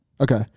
Okay